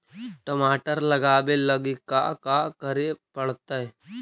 टमाटर लगावे लगी का का करये पड़तै?